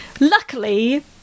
Luckily